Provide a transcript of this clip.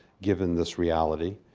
given this reality